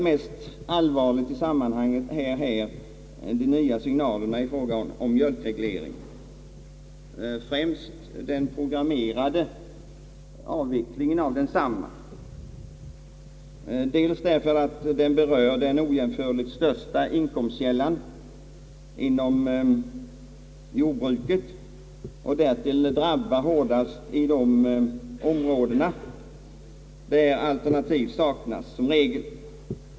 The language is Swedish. Mest allvarligt i sammanhanget är de nya signalerna i fråga om mjölkregleringen, främst den programmerade avvecklingen av densamma, dels därför att det berör den ojämförligt största inkomstkällan för jordbruket och dels därför att den drabbar hårdast i de sva ga jordbruksområdena där alternativ i regel saknas.